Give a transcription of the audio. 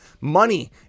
money